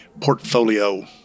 portfolio